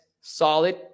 solid